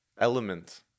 element